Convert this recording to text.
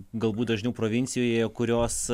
galbūt dažniau provincijoje kurios